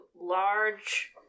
large